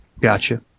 Gotcha